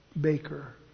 baker